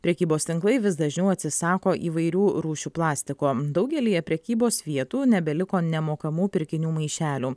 prekybos tinklai vis dažniau atsisako įvairių rūšių plastiko daugelyje prekybos vietų nebeliko nemokamų pirkinių maišelių